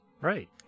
Right